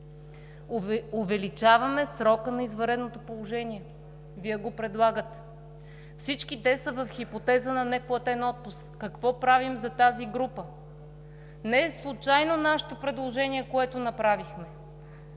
Увеличаваме срока на извънредното положение – Вие го предлагате. Всички те са в хипотеза на неплатен отпуск. Какво правим за тази група? Не е случайно нашето предложение, което направихме.